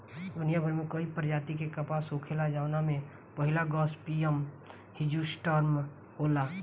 दुनियाभर में कई प्रजाति के कपास होखेला जवना में पहिला गॉसिपियम हिर्सुटम होला